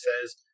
says